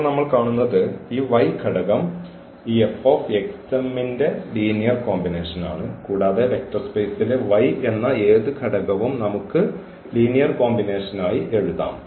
ഇപ്പോൾ നമ്മൾ കാണുന്നത് ഈ y ഘടകം ഈ ന്റെ ലീനിയർ കോമ്പിനേഷനാണ് കൂടാതെ വെക്റ്റർ സ്പെയ്സിലെ y എന്ന ഏത് ഘടകവും നമുക്ക് ലീനിയർ കോമ്പിനേഷനായി എഴുതാം